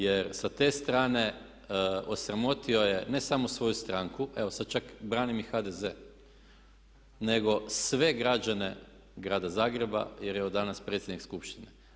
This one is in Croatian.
Jer sa te strane osramotio je ne samo svoju stranku, evo sada čak branim i HDZ nego sve građane grada Zagreba jer je od danas predsjednik skupštine.